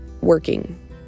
working